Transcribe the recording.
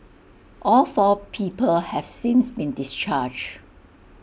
all four people have since been discharged